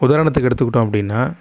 உதாரணத்துக்கு எடுத்துகிட்டோம் அப்படின்னா